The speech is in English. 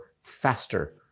faster